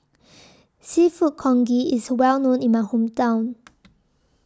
Seafood Congee IS Well known in My Hometown